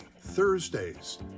Thursdays